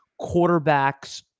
quarterbacks